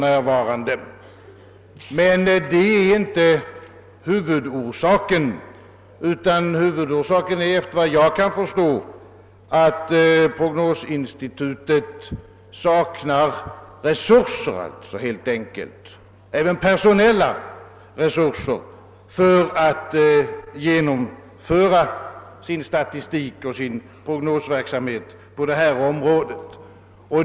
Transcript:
Men det är inte huvudorsaken, ty efter vad jag kan förstå är den viktigaste anledningen att prognosinstitutet helt enkelt saknar resurser, även personella, för att genomföra sin statistikoch prognosverksamhet på det här området.